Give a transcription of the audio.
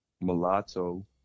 mulatto